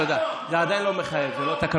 אני אגיד את זה עוד פעם.